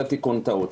שנית,